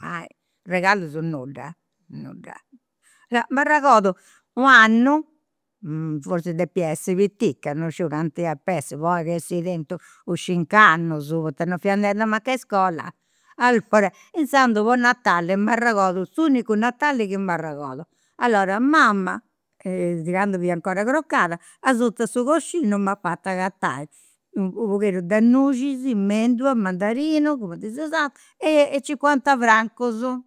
Arregallus nudda, nudda. M'arregordu u' annu, forzis depia essi pitica, non sciu cantu ap'essi, poni chi essi u' cinc'annus, poita non fia andendi mancu a iscola, inzandu po natali m'arregordu, s'unicu natali chi m'arregordu, allora, mama candu fiat 'ncora crocada, asut'e su coscinu m'at fatu agatai u' pogheddu de nuxis, mendula, mandarinu, cumenti si usat e cincuanta francus